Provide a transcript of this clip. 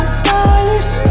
stylish